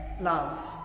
love